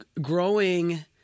growing